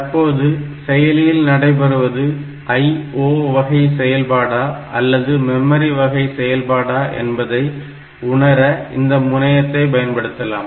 தற்போது செயலியில் நடைபெறுவது IO வகை செயல்பாடா அல்லது மெமரி வகை செயல்பாடா என்பதை உணர இந்த முனையத்தை பயன்படுத்தலாம்